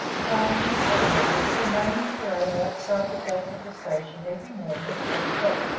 by a general order he made him parade outside the gate of the station every morning at ten o'clock.